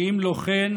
שאם לא כן,